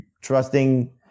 trusting